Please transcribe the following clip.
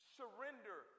surrender